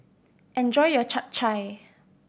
enjoy your Chap Chai